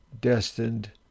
destined